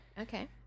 okay